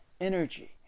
energy